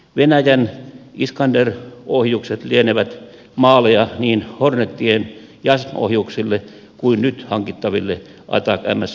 venäjän iskander ohjukset lienevät maaleja niin hornetien jassm ohjuksille kuin nyt hankittaville atacms ohjuksille